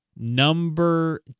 Number